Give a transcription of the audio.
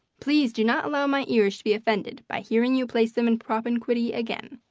please do not allow my ears to be offended by hearing you place them in propinquity again.